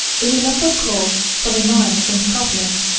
in a lump of coal, from a mine in scotland,